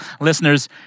listeners